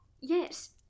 Yes